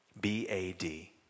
B-A-D